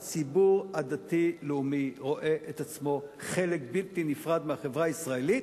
הציבור הדתי-לאומי רואה את עצמו חלק בלתי נפרד מהחברה הישראלית,